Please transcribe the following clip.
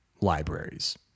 libraries